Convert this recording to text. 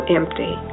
empty